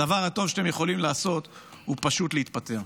הדבר הטוב שאתם יכולים לעשות הוא פשוט להתפטר.